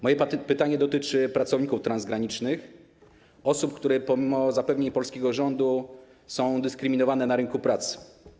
Moje pytanie dotyczy pracowników transgranicznych, osób, które pomimo zapewnień polskiego rządu są dyskryminowane na rynku pracy.